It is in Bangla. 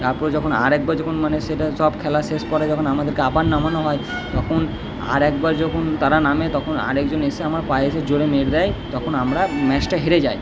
তারপর যখন আর একবার যখন মানে সেটা সব খেলা শেষ পরে যখন আমাদেরকে আবার নামানো হয় তখন আর একবার যখন তারা নামে তখন আর একজন এসে আমার পায়ে এসে জোরে মেরে দেয় তখন আমরা ম্যাচটা হেরে যাই